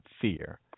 fear